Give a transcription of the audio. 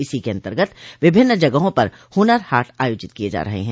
इसी के अन्तर्गत विभिन्न जगहों पर हुनर हाट आयोजित किये जा रहे हैं